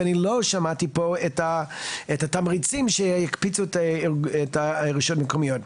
ואני לא שמעתי פה את התמריצים שיקפיצו את הרשויות המקומיות.